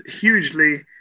hugely